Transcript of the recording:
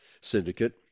syndicate